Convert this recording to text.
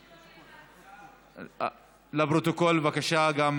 לפרוטוקול, בבקשה.